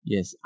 Yes